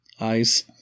eyes